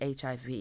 HIV